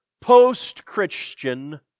post-Christian